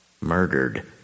murdered